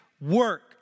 work